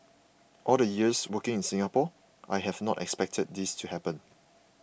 all the years working in Singapore I have not expected this to happen